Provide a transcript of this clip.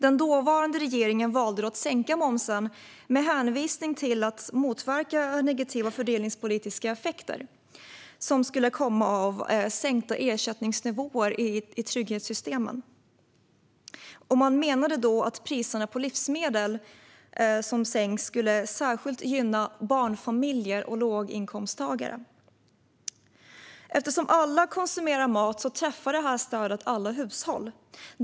Den dåvarande regeringen valde att sänka momsen med hänvisning till att man ville motverka negativa fördelningspolitiska effekter som skulle komma av sänkta ersättningsnivåer i trygghetssystemen. Man menade då att sänkta priser på livsmedel särskilt skulle gynna barnfamiljer och låginkomsttagare. Eftersom alla konsumerar mat träffar stödet alla hushåll.